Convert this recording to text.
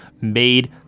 made